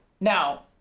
now